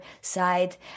side